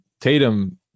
Tatum